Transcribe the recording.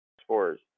spores